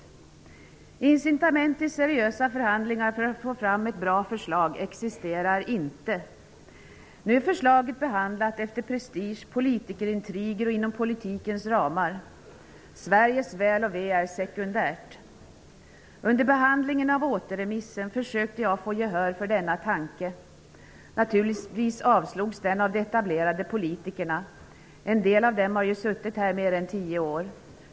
Några incitament till seriösa förhandlingar för att få fram ett bra förslag existerar inte. Nu är förslaget behandlat efter prestige och politikerintriger och inom politikens ramar. Sveriges väl och ve är sekundärt. Efter återremissen försökte jag få gehör för min tanke. Naturligtvis avslogs den av de etablerade politikerna. En del av dem har ju suttit här mer än tio år.